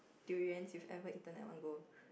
durians you ever eaten at one go